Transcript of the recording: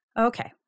Okay